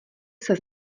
ses